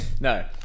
No